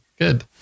good